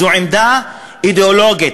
זה עמדה אידיאולוגית.